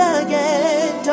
again